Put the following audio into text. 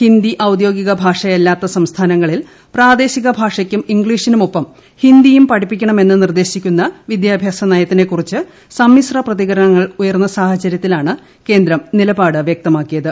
ഹിന്ദി ഔദ്യോഗിക ഭാഷയല്ലാത്ത സംസ്ഥാനങ്ങളിൽ പ്രാദേശിക ഭാഷയ്ക്കും ഇംഗ്ലീഷിനുമൊപ്പം ഹിന്ദിയും പഠിപ്പിക്കണമെന്ന് നിർദ്ദേശിക്കുന്ന വിദ്യാഭ്യാസ നയത്തിനെ കുറിച്ച് സമ്മിശ്രപ്രതികരണങ്ങൾ ഉയർന്ന സാഹചര്യത്തിലാണ് കേന്ദ്രം നിലപാട് വ്യക്തമാക്കിയത്